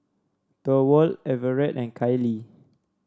Thorwald Everett and Kylie